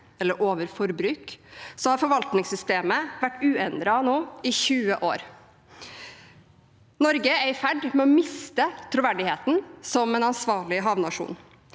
eller overforbruk, har forvaltningssystemet vært uendret i 20 år. Norge er i ferd med å miste troverdigheten som en ansvarlig havnasjon.